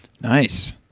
nice